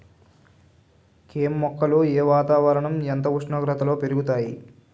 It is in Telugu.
కెమ్ మొక్కలు ఏ వాతావరణం ఎంత ఉష్ణోగ్రతలో పెరుగుతాయి?